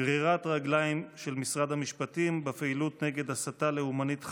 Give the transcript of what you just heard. גרירת רגליים של משרד המשפטים בפעילות נגד הסתה לאומנית חמורה.